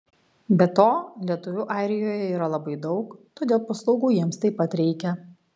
be to lietuvių airijoje yra labai daug todėl paslaugų jiems taip pat reikia